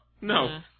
no